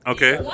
Okay